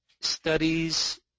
studies